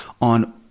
on